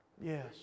Yes